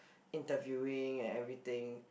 interviewing and everything